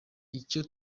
icyo